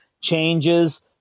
changes